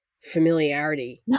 familiarity